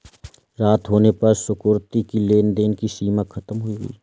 रात होने पर सुकृति की लेन देन की सीमा खत्म हो गई